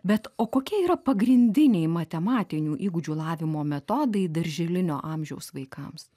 bet o kokie yra pagrindiniai matematinių įgūdžių lavinimo metodai darželinio amžiaus vaikams